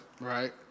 right